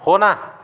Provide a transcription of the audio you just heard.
हो ना